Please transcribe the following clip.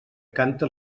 canta